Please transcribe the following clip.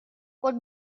what